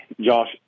Josh